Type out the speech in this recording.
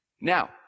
Now